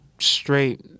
straight